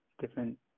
different